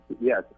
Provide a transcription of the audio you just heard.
Yes